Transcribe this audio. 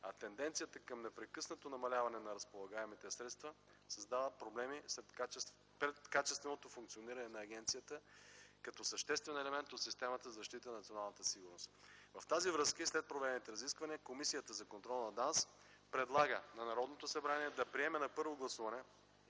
а тенденцията към непрекъснатото намаляване на разполагаемите средства създават проблеми пред качественото функциониране на агенцията като съществен елемент от системата за защита на националната сигурност. В тази връзка и след проведените разисквания, Комисията за контрол на ДАНС предлага на Народното събрание: 1. Да приеме на първо гласуване